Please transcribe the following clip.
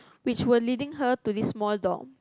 which were leading her to this small door